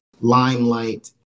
limelight